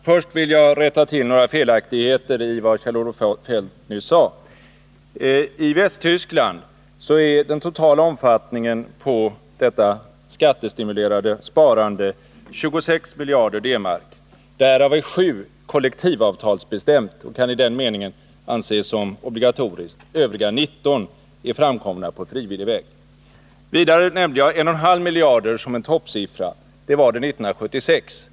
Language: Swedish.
Herr talman! Först vill jag rätta till några felaktigheter i vad Kjell-Olof Feldt nyss sade. I Västtyskland är den totala omfattningen av det skattestimulerade sparandet 26 miljarder D-mark. Därav är 7 miljarder kollektivavtalsbestämda och kan i den meningen anses som obligatoriska. Övriga 19 miljarder är framkomna på frivillig väg. Vidare nämnde jag 1,5 miljarder som en toppsiffra. Det var 1976.